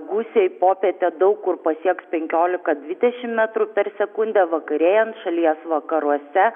gūsiai popietę daug kur pasieks penkiolika dvidešimt metrų per sekundę vakarėjant šalies vakaruose